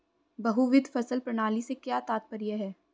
बहुविध फसल प्रणाली से क्या तात्पर्य है?